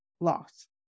loss